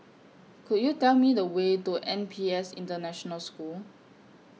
Could YOU Tell Me The Way to N P S International School